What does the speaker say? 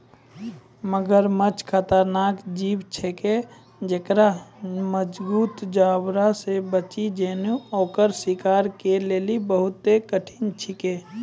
मगरमच्छ खतरनाक जीव छिकै जेक्कर मजगूत जबड़ा से बची जेनाय ओकर शिकार के लेली बहुत कठिन छिकै